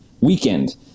weekend